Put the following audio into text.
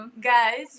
guys